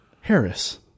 harris